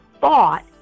thought